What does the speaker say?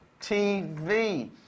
TV